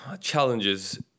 challenges